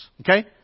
okay